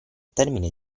termine